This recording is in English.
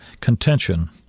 contention